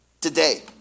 today